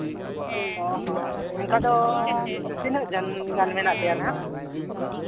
ᱚᱸᱻ ᱦᱚᱸ ᱚᱱᱠᱟ ᱫᱚ ᱛᱤᱱᱟᱹᱜ ᱡᱚᱱ ᱜᱟᱱ ᱢᱮᱱᱟᱜ ᱯᱮᱭᱟ ᱦᱟᱸᱜ